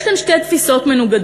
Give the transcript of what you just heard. יש כאן שתי תפיסות מנוגדות: